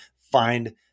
find